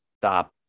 stop